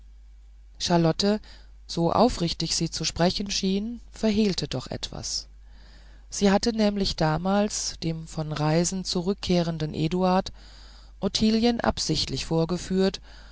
charlotte so aufrichtig sie zu sprechen schien verhehlte doch etwas sie hatte nämlich damals dem von reisen zurückkehrenden eduard ottilien absichtlich vorgeführt